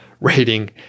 rating